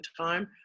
time